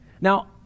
Now